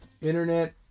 Internet